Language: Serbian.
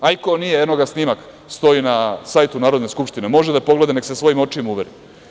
A i ko nije, eno ga snimak stoji na sajtu Narodne skupštine, može da pogleda, neka se svojim očima uveri.